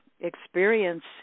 experience